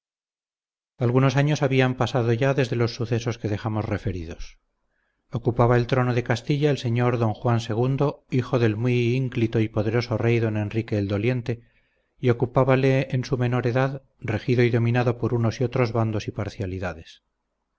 algunos años habían pasado ya desde los sucesos que dejamos referidos ocupaba el trono de castilla el señor don juan ii hijo del muy ínclito y poderoso rey don enrique el doliente y ocupábale en su menor edad regido y dominado por unos y otros bandos y parcialidades